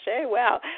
Wow